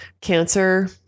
cancer